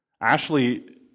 Ashley